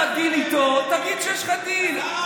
סגרת דיל איתו, תגיד שיש לך דיל.